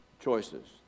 choices